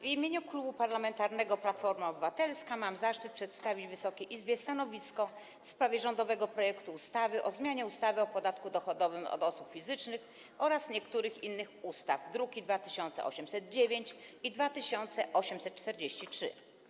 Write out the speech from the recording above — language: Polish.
W imieniu Klubu Parlamentarnego Platforma Obywatelska mam zaszczyt przedstawić Wysokiej Izbie stanowisko w sprawie rządowego projektu ustawy o zmianie ustawy o podatku dochodowym od osób fizycznych oraz niektórych innych ustaw, druki nr 2809 i 2843.